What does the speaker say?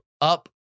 up